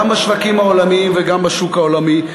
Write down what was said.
גם בשווקים העולמיים וגם בשוק המקומי.